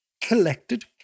collected